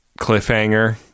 cliffhanger